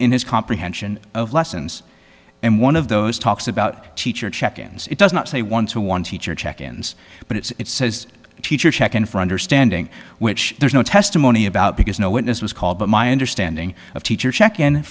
in his comprehension of lessons and one of those talks about teacher check ins it does not say ones who wants the church check ins but it's says teacher check in for understanding which there's no testimony about because no witness was called but my understanding of teacher check in